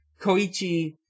Koichi